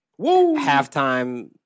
halftime